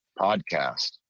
podcast